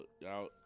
y'all